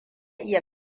iya